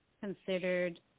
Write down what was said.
considered